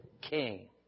king